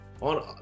on